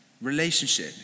Relationship